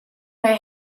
may